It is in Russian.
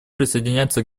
присоединяется